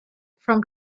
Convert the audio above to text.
from